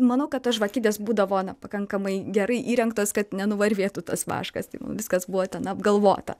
manau kad tos žvakidės būdavo na pakankamai gerai įrengtos kad nenuvarvėtų tas vaškas viskas buvo ten apgalvota